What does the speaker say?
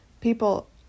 People